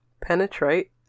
Penetrate